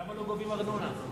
למה לא גובים ארנונה?